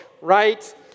right